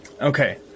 Okay